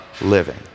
living